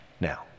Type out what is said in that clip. now